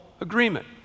agreement